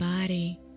body